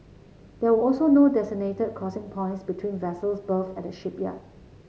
there were also no designated crossing points between vessels berthed at the shipyard